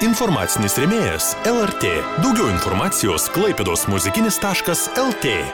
informacinis rėmėjas lrt daugiau informacijos klaipėdos muzikinis taškas lt